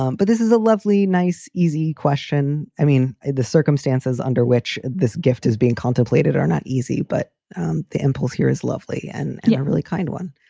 um but this is a lovely, nice, easy question. i mean the circumstances under which this gift is being contemplated are not easy, but the impulse here is lovely and i really kind one.